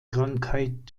krankheit